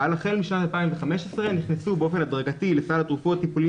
אבל החל משנת 2015 נכנסו באופן הדרגתי לסל התרופות וטיפולים